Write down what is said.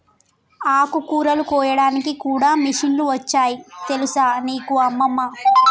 ఆకుకూరలు కోయడానికి కూడా మిషన్లు వచ్చాయి తెలుసా నీకు అమ్మమ్మ